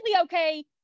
okay